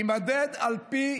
יימדד על פי